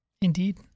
Indeed